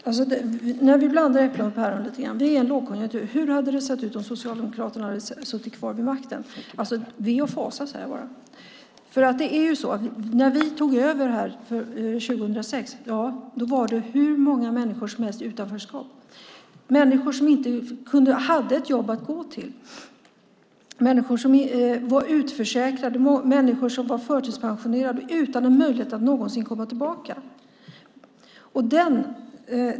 Fru talman! Nu blandar vi äpplen och päron lite grann. Vi är i en lågkonjunktur. Hur hade det sett ut om Socialdemokraterna hade suttit kvar vid makten? Ve och fasa, säger jag bara. När vi tog över 2006 var hur många som helst i utanförskap. Det var människor som inte hade ett jobb att gå till, som var utförsäkrade, förtidspensionerade och utan möjlighet att någonsin komma tillbaka.